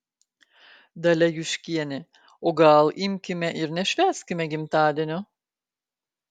dalia juškienė o gal imkime ir nešvęskime gimtadienio